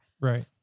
Right